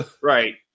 Right